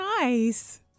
Nice